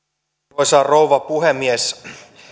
arvoisa rouva puhemies